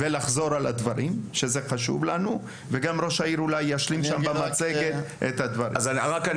הם בסוף השיווק הכי